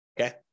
Okay